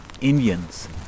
Indians